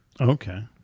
Okay